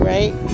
Right